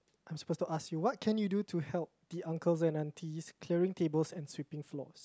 I'm supposed to ask you what can you do to help the uncles and aunties clearing tables and sweeping floors